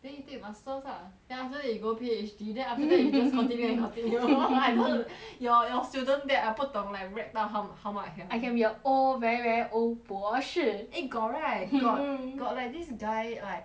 then you take masters lah then after that you go P_H_D then after that you just continue and continue lor I don~ your your student that I 不懂 like rack 到 ho~ how much 了 I can be a old very very old 博士 eh got right got got like this guy like